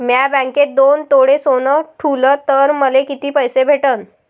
म्या बँकेत दोन तोळे सोनं ठुलं तर मले किती पैसे भेटन